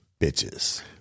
bitches